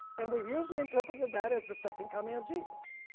and we've usually interpreted that as the second coming jesus,